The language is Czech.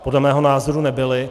Podle mého názoru nebyly.